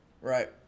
right